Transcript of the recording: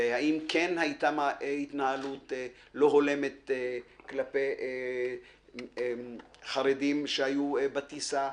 ואם כן היתה התנהלות לא הולמת כלפי חרדים שהיו בטיסה.